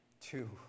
two